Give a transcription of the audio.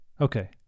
Okay